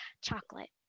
Chocolate